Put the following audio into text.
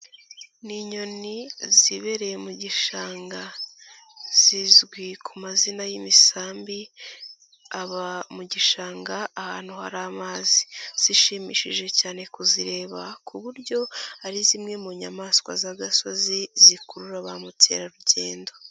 Ni inyoni zibereye mu gishanga zizwi ku mazina y'imisambi aba mu gishanga ahantu hari amazi, zishimishije cyane kuzireba ku buryo ari zimwe mu nyamaswa z'agasozi zikurura ba mukerarugendo.